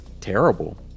terrible